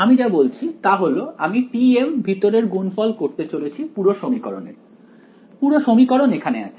আমি যা বলছি তা হলো আমি tm ভিতরের গুণফল করতে চলেছি পুরো সমীকরণের পুরো সমীকরণ এখানে আছে